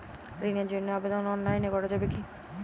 ঋণের জন্য আবেদন অনলাইনে করা যাবে কি?